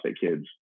kids